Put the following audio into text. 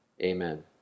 Amen